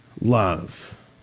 love